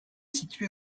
située